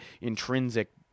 intrinsic